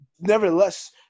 nevertheless